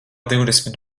divdesmit